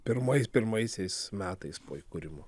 pirmais pirmaisiais metais po įkūrimo